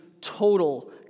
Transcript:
total